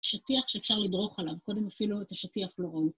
שטיח שאפשר לדרוך עליו, קודם אפילו את השטיח פלורון.